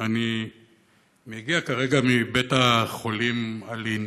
אני מגיע כרגע מבית-החולים אלי"ן,